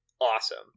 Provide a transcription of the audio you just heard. awesome